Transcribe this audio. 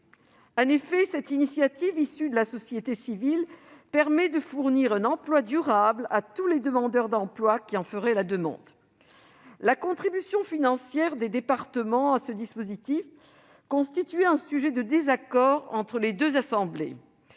En effet, cette initiative issue de la société civile permet de fournir un emploi durable à tous les demandeurs d'emploi qui en feraient la demande. La contribution financière des départements à ce dispositif constituait un sujet de désaccord entre les deux assemblées.